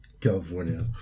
California